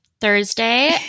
thursday